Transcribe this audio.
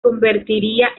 convertiría